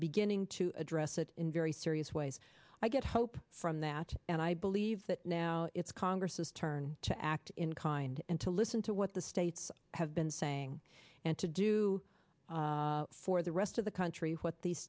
beginning to address it in very serious ways i get hope from that and i believe that now it's congress's turn to act in kind and to listen to what the states have been saying and to do for the rest of the country what the